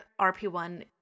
RP-1